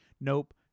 nope